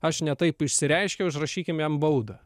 aš ne taip išsireiškiau užrašykim baudą